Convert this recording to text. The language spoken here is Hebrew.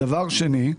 דבר שני,